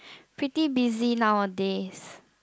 pretty busy nowadays